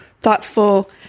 thoughtful